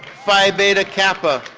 phi beta kappa.